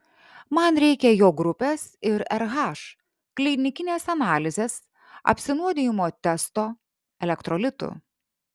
man reikia jo grupės ir rh klinikinės analizės apsinuodijimo testo elektrolitų